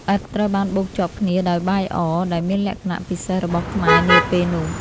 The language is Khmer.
ឥដ្ឋត្រូវបានបូកជាប់គ្នាដោយបាយអរ ដែលមានលក្ខណៈពិសេសរបស់ខ្មែរនាពេលនោះ។